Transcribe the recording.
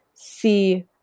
see